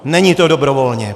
Není to dobrovolně!